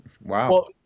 Wow